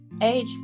age